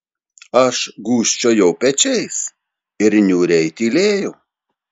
aš gūžčiojau pečiais ir niūriai tylėjau